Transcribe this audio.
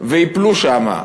וייפלו שם,